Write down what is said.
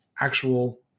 actual